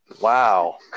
Wow